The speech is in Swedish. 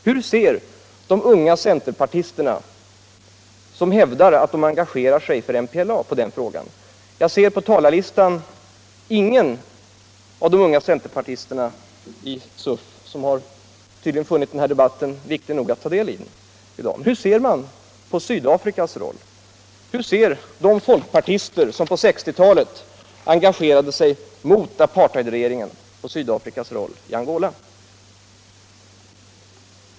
Hur ser de unga centerpartisterna, som hävdar att de engagerar sig för MPLA, på den frågan? Jag ser på talarlistan att inte någon av de unga centerpartisterna i CUF har funnit denna debatt viktig nog att ta del i. Hur ser man på Sydafrikas roll? Hur ser de folkpartister som på 1960-talet engagerade sig mot apartheidregeringen på Sydafrikas roll i Angola?